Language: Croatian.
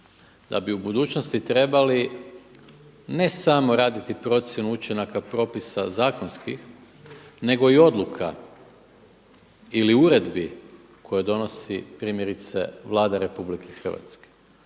da bi u budućnosti trebali ne samo raditi procjenu učinaka propisa zakonskih nego i odluka ili uredbi koje donosi primjerice Vlada RH. Jer sada